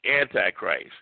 Antichrist